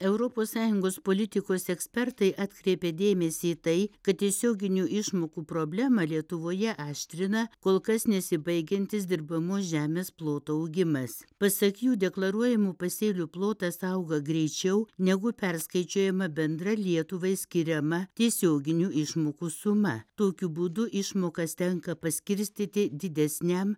europos sąjungos politikos ekspertai atkreipė dėmesį į tai kad tiesioginių išmokų problemą lietuvoje aštrina kol kas nesibaigiantis dirbamos žemės ploto augimas pasak jų deklaruojamų pasėlių plotas auga greičiau negu perskaičiuojama bendra lietuvai skiriama tiesioginių išmokų suma tokiu būdu išmokas tenka paskirstyti didesniam